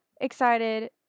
excited